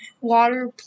water